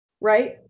right